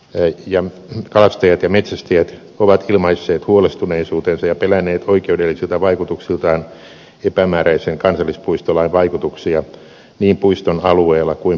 kalankasvattajat kalastajat ja metsästäjät ovat ilmaisseet huolestuneisuutensa ja pelänneet oikeudellisilta vaikutuksiltaan epämääräisen kansallispuistolain vaikutuksia niin puiston alueella kuin puiston ulkopuolella